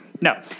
No